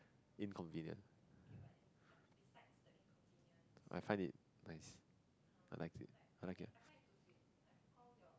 inconvenient I find it nice I like it I like it